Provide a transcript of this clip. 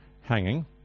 hanging